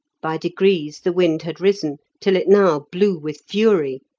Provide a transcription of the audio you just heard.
by degrees the wind had risen till it now blew with fury,